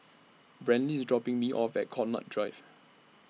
Brantley IS dropping Me off At Connaught Drive